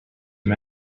him